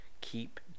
keep